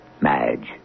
Madge